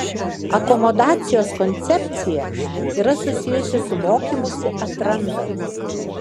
akomodacijos koncepcija yra susijusi su mokymusi atrandant